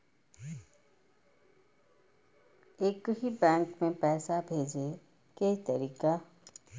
एक ही बैंक मे पैसा भेजे के तरीका?